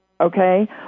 okay